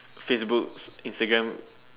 Facebook Instagram